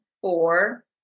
four